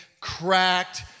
cracked